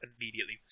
immediately